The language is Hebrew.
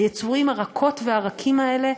היצורים הרכות והרכים האלה,